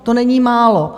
To není málo.